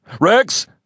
Rex